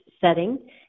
setting